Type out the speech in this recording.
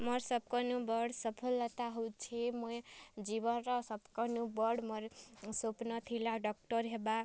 ମୋର୍ ସବକନୁ ବଡ଼ ସଫଲତା ହେଉଛେ ମୁଇଁ ଜୀବନର ସବକନୁ ବଡ଼ ମୋର୍ ସ୍ଵପ୍ନ ଥିଲା ଡକ୍ଟର୍ ହେବା